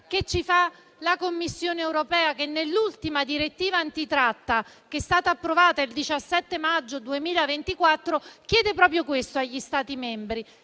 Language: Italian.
richiesta della Commissione europea, che nell'ultima direttiva antitratta, approvata il 17 maggio 2024, chiede proprio questo agli Stati membri,